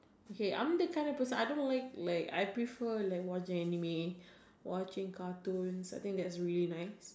okay I'm the kind of person I don't like like I prefer like watching anime watching cartoons I think that's really nice